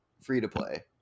free-to-play